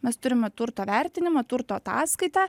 mes turime turto vertinimą turto ataskaitą